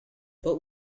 but